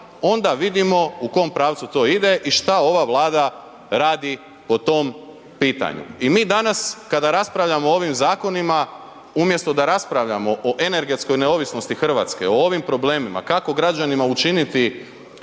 onda vidimo u kom pravcu to ide i šta ova Vlada radi po tom pitanju. I mi danas kada raspravljamo o ovim zakonima umjesto da raspravljamo o energetskoj neovisnosti RH, o ovim problemima kako građanima učiniti